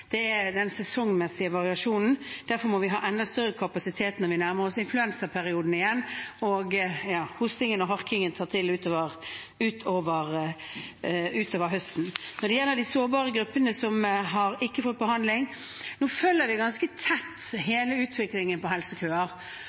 Det er den sesongmessige variasjonen. Derfor må vi ha enda større kapasitet når vi nærmer oss influensaperioden igjen, og når hostingen og harkingen tar til utover høsten. Når det gjelder de sårbare gruppene som ikke har fått behandling: Nå følger vi ganske tett hele utviklingen på helsekøer,